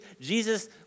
Jesus